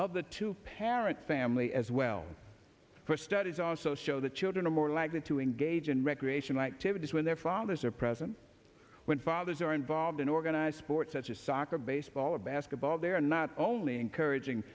of the two parent family as well for studies also show that children are more likely to engage in recreational activities when their fathers are present when fathers are involved in organized sports such as soccer baseball or basketball they are not only encouraging